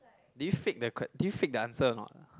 did you fake the que~ did you fake the answer or not